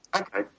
Okay